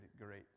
great